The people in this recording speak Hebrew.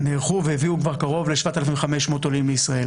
נערכו והביאו כבר קרוב ל-7,500 עולים לישראל,